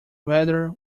rather